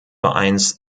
vereins